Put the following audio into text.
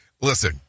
listen